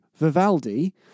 Vivaldi